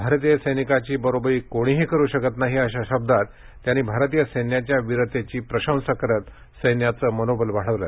भारतीय संनिकाची बरोबरी कोणीही करू शकत नाही अशा शब्दात त्यांनी भारतीय सैन्याच्या वीरतेची प्रशंसा करत सैन्याचं मनोबल वाढवलं